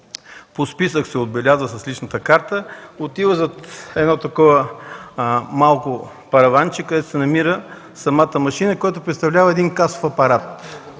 по списък – с личната карта. Отива зад едно малко параванче, където се намира самата машина, която представлява касов апарат.